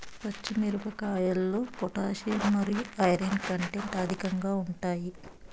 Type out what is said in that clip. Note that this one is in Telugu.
పచ్చి మిరపకాయల్లో పొటాషియం మరియు ఐరన్ కంటెంట్ అధికంగా ఉంటాయి